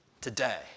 today